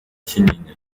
kinyinya